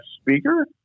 speaker